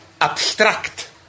abstract